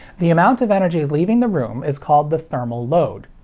the amount of energy leaving the room is called the thermal load.